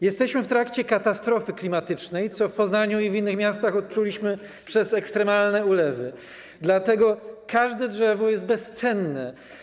Jesteśmy w trakcie katastrofy klimatycznej - w Poznaniu i w innych miastach odczuliśmy to przez ekstremalne ulewy - dlatego każde drzewo jest bezcenne.